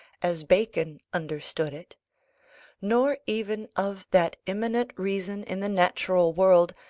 as bacon understood it nor even of that immanent reason in the natural world,